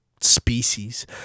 species